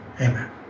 Amen